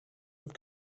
have